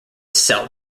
cell